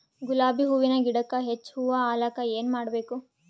ಗುಲಾಬಿ ಹೂವಿನ ಗಿಡಕ್ಕ ಹೆಚ್ಚ ಹೂವಾ ಆಲಕ ಏನ ಮಾಡಬೇಕು?